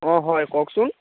অঁ হয় কওকচোন